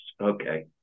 okay